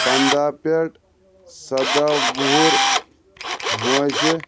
پنٛداہ پٮ۪ٹھ سَداہ وُہُر وٲنٛسہِ